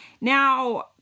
now